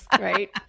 right